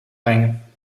brengen